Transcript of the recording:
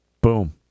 boom